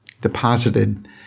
deposited